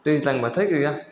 दैज्लां बाथाय गैया